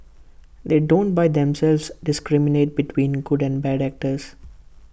they don't by themselves discriminate between good and bad actors